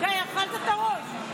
די, אכלת את הראש.